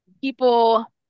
people